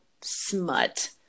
smut